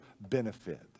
benefit